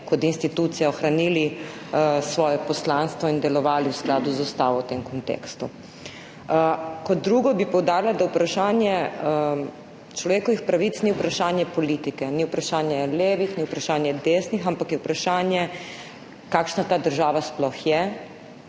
kot institucija ohranili svoje poslanstvo in v tem kontekstu delovali v skladu z ustavo. Kot drugo bi poudarila, da vprašanje človekovih pravic ni vprašanje politike, ni vprašanje levih, ni vprašanje desnih, ampak je vprašanje, kakšna ta država sploh je,